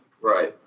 Right